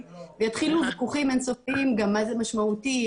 ויתחילו ויכוחים אינסופיים גם מה זה משמעותי,